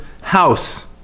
house